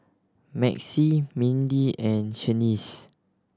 Maxie Mindy and Shaniece